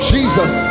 Jesus